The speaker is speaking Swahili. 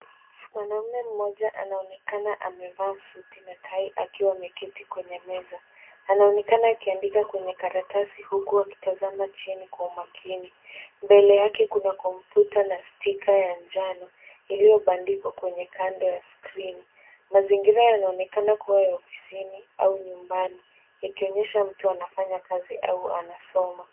Mwanamume mmoja ameonakana amevaa suti na tie akiwa ameketi kwenye meza. Anaonekana akiandika kwenye karatasi huku akitazama chini kwa umakini. Mbele yake kuna kompyuta na sticker ya njano, iliyobandikwa kwenye kando ya skrini. Mazingira yanaonekana kuwa ya ofisini au nyumbani, ikionyesha mtu anafanya kazi au anasoma.